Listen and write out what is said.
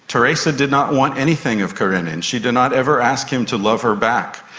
tereza did not want anything of karenin, and she did not ever ask him to love her back,